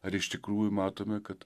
ar iš tikrųjų matome kad